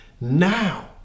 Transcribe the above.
Now